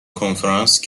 کنفرانس